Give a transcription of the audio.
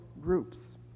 groups